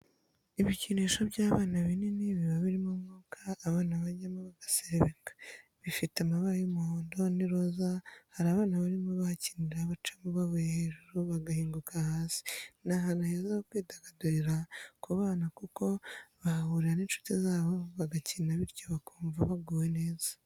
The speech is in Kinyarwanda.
Ibikinisho by'abana binini biba birimo umwuka abana bajyamo bagaserebeka, bifite amabara y'umuhondo n'iroza hari abana barimo bahakinira bacamo bavuye hejuru bagahinguka hasi ni ahantu heza ho kwidagadurira ku bana kuko bahahurira n'inshuti zabo bagakina bityo bakumva baguwe neza.